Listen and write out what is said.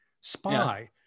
spy